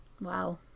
Wow